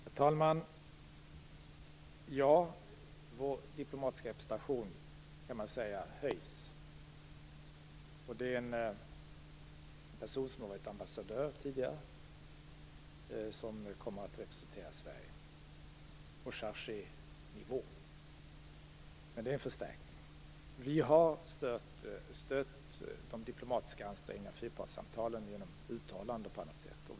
Herr talman! Ja, man kan säga att vår diplomatiska representation höjs. Det är en person som tidigare har varit ambassadör som kommer att representera Sverige på chargé-nivå. Det är en förstärkning. Vi har stött de diplomatiska ansträngningarna för fyrpartssamtalen genom uttalanden och på annat sätt.